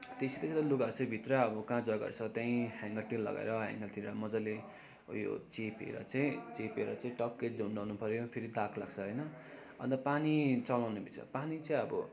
लुगाहरू चाहिँ भित्र अब कहाँ जजग्गा छ त्यहीँ हेङ्गरतिर लगाएर हेङ्गरतिर मज्जाले उयो चेपेर चाहिँ चेपेर चाहिँ टक्कै झुन्डाउनु पऱ्यो फेरि दाग लाग्छ होइन अन्त पानी चलाउने विषय पानी चाहिँ अब